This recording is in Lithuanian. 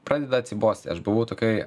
pradeda atsibosti aš buvau tokioj